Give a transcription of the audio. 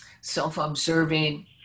Self-observing